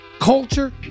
culture